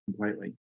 completely